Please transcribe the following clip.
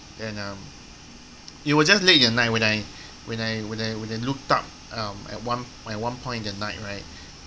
and um it was just late at night when I when I when I when I looked up um at one at one point in the night right